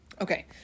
Okay